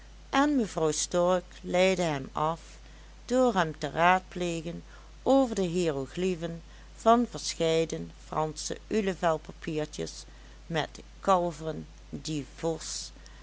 en mevrouw stork leidde hem af door hem te raadplegen over de hiëroglyphen van verscheiden fransche ulevelpapiertjes met kalveren die vos